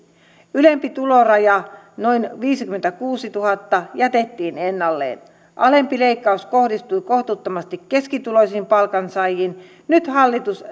ylempi tuloraja noin viisikymmentäkuusituhatta jätettiin ennalleen alempi leikkaus kohdistui kohtuuttomasti keskituloisiin palkansaajiin nyt hallitus